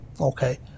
okay